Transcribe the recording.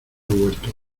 huerto